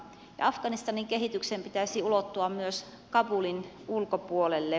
afganistanin kehityksen pitäisi ulottua myös kabulin ulkopuolelle